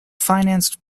financed